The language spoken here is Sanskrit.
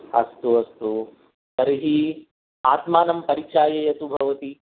अस्तु अस्तु तर्हि आत्मानं परिचाययतु भवती